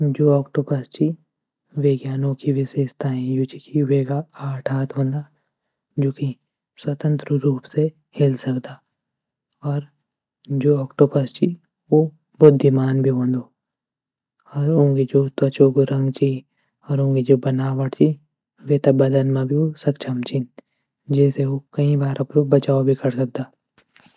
जो ऑक्टोपस छ वे की अनोखी विशेषताएँ यु च की वे का आठ हाथ होंद. जो की स्वतंत्र रूप से हिल सकदा. और जो ऑक्टोपस छह वो बुद्धिमान भी होंद. वो की जो त्वचा को रंग छ और वे की बनावट छ वो बदलन म सक्षम छन जे वो कई बार अप्रु बचाव भी करी सकदा.